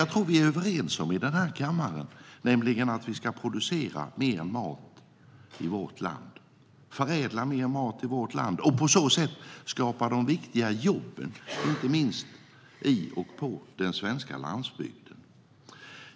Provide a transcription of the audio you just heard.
Jag tror att vi här i kammaren är överens om att vi ska producera mer mat i vårt land, förädla mer mat i vårt land och på så sätt skapa de viktiga jobben, inte minst på den svenska landsbygden.